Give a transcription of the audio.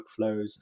workflows